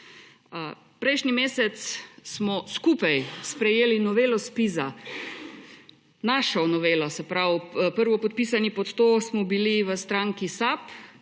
Prejšnji mesec smo skupaj sprejeli novelo Zpiza, našo novelo, se pravi prvopodpisani pod to smo bili v stranki SAB.